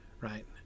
Right